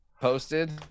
posted